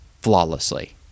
flawlessly